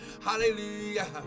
Hallelujah